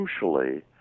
crucially